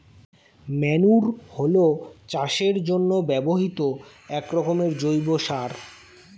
manure হলো চাষের জন্য ব্যবহৃত একরকমের জৈব সার